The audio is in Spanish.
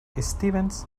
stevens